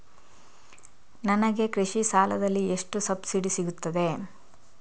ನನಗೆ ಕೃಷಿ ಸಾಲದಲ್ಲಿ ಎಷ್ಟು ಸಬ್ಸಿಡಿ ಸೀಗುತ್ತದೆ?